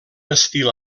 estil